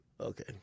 Okay